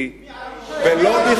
מי ערך אותו, אנחנו?